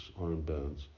armbands